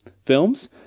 films